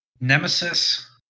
Nemesis